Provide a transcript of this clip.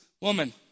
woman